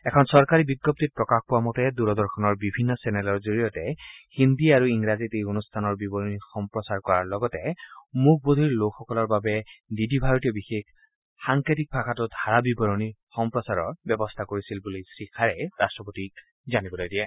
এখন চৰকাৰী বিজ্ঞপ্তিত প্ৰকাশ পোৱা মতে দূৰদৰ্শনৰ বিভিন্ন চেনেলৰ জৰিয়তে হিন্দী আৰু ইংৰাজীত এই অনুষ্ঠানৰ বিৱৰণী সম্প্ৰচাৰ কৰাৰ লগতে মুক বধিৰ লোকসকলৰ বাবে ডি ডি ভাৰতীয়ে বিশেষ সংকেত ভাষাতো ধাৰা বিৱৰণী সম্প্ৰচাৰৰ ব্যৱস্থা কৰিছিল বুলি শ্ৰীখাৰেই ৰাষ্ট্ৰপতিক জানিবলৈ দিয়ে